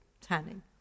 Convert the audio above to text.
tanning